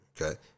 Okay